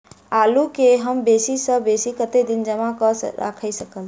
आलु केँ हम बेसी सऽ बेसी कतेक दिन जमा कऽ क राइख सकय